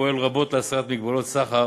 פועל רבות להסרת מגבלות סחר